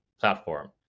platform